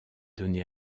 donnée